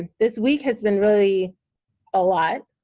this week has been really a lot,